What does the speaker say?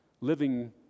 Living